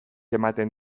ematen